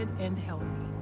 and healthy.